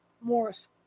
Morris